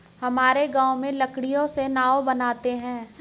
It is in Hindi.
हमारे गांव में लकड़ियों से नाव बनते हैं